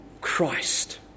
Christ